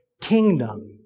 kingdom